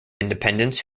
independence